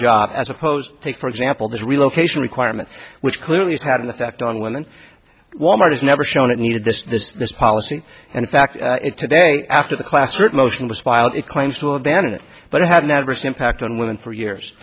job as opposed to take for example the relocation requirement which clearly has had an effect on women wal mart has never shown it needed this this this policy in fact it today after the class it motion was filed it claims to abandon it but it had an adverse impact on women for years